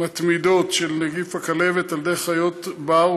מתמידות של נגיף הכלבת על ידי חיות בר,